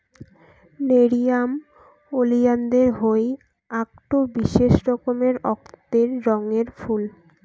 nerium ওলিয়ানদের হই আকটো বিশেষ রকমের অক্তের রঙের ফুল